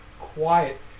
quiet